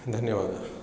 धन्यवादः